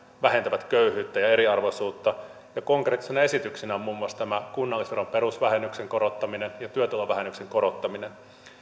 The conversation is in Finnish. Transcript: vähentävät köyhyyttä ja eriarvoisuutta konkreettisena esityksenä on muun muassa tämä kunnallisveron perusvähennyksen korottaminen ja työtulovähennyksen korottaminen